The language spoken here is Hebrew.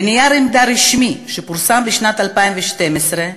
בנייר עמדה רשמי שפורסם בשנת 2012 מציין